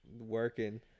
working